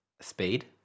Speed